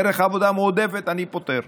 דרך עבודה מועדפת אני פותר.